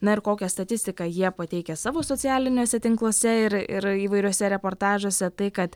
na ir kokią statistiką jie pateikia savo socialiniuose tinkluose ir ir įvairiuose reportažuose tai kad